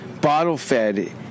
bottle-fed